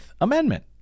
Amendment